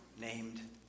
named